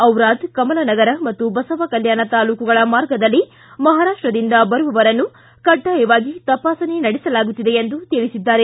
ಡಿರಾದ್ ಕಮಲನಗರ ಮತ್ತು ಬಸವಕಲ್ಯಾಣ ತಾಲೂಕುಗಳ ಮಾರ್ಗದಲ್ಲಿ ಮಹಾರಾಷ್ಟದಿಂದ ಬರುವವರನ್ನು ಕಡ್ಡಾಯ ತಪಾಸಣೆ ನಡೆಸಲಾಗುತ್ತಿದೆ ಎಂದು ತಿಳಿಸಿದ್ದಾರೆ